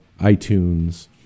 iTunes